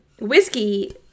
whiskey